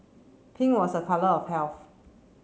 pink was a colour of health